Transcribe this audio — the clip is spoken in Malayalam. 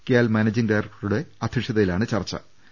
കിയാൽ മാനേജിംഗ് ഡയറക്ടറുടെ അധ്യക്ഷ തയിലാണ് ചർച്ചു